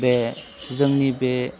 बे जोंनि बे